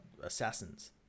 assassins